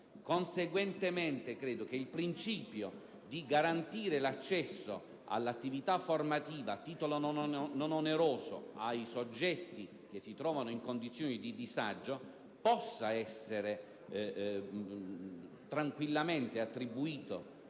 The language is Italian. Conseguentemente, credo che il principio di garantire l'accesso all'attività formativa a titolo non oneroso ai soggetti che si trovano in condizioni di disagio possa essere tranquillamente attribuito